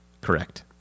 Correct